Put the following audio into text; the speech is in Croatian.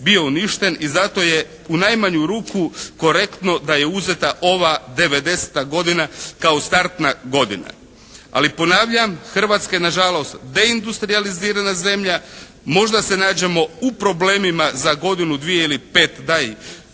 bio uništen i zato je u najmanju ruku korektno da je uzeta ova 90-ta godina kao startna godina. Ali ponavljam, Hrvatska je na žalost deindustrijalizirana zemlja, možda se nađemo u problemima za godinu, dvije